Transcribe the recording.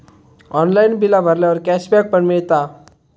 online बिला भरल्यावर cashback पण मिळता